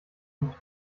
liegt